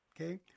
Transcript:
okay